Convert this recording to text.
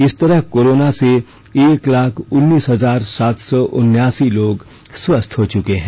इस तरह से एक लाख उन्नीस हजार सात सौ उन्नासी लोग स्वस्थ हो चुके हैं